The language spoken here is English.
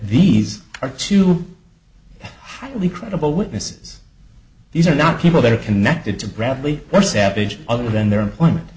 these are two highly credible witnesses these are not people that are connected to bradley or savage other than their employment